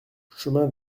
chemin